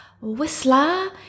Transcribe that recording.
Whistler